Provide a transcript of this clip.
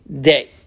day